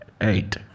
eight